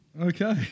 Okay